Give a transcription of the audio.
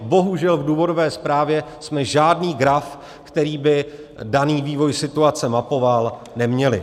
Bohužel v důvodové zprávě jsme žádný graf, který by daný vývoj situace mapoval, neměli.